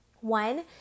One